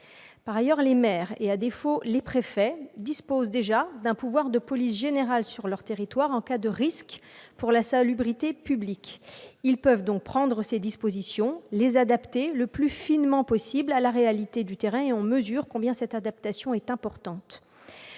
De plus, les maires, à défaut les préfets, disposent d'un pouvoir de police générale sur leur territoire en cas de risque pour la salubrité publique. Ils peuvent déjà prendre ces dispositions et les adapter le plus finement à la réalité du terrain. Nous mesurons à quel point cette adaptation est importante.